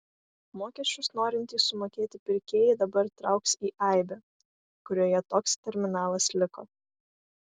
mokesčius norintys sumokėti pirkėjai dabar trauks į aibę kurioje toks terminalas liko